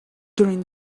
during